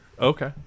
Okay